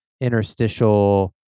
interstitial